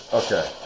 okay